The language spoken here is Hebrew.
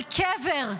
על קבר.